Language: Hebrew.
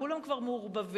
כולם כבר מעורבבים.